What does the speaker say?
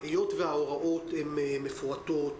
היות וההוראות הן מפורטות,